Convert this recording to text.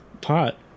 pot